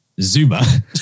Zuma